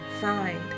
find